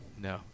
No